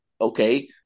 okay